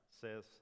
says